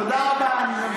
תודה רבה.